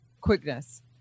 quickness